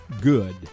good